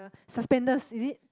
suspenders is it